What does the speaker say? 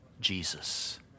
Jesus